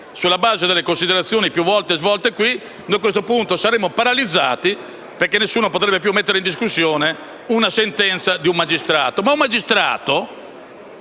sulla base delle considerazioni più volte svolte in questa sede, noi saremmo paralizzati perché nessuno potrebbe più mettere in discussione la sentenza di un magistrato.